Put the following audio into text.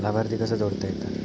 लाभार्थी कसा जोडता येता?